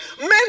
Men